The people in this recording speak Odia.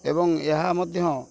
ଏବଂ ଏହା ମଧ୍ୟ